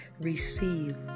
receive